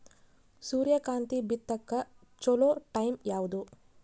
ಸೂರ್ಯಕಾಂತಿ ಬಿತ್ತಕ ಚೋಲೊ ಟೈಂ ಯಾವುದು?